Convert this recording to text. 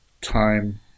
time